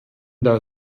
der